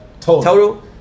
Total